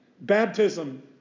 baptism